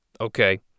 Okay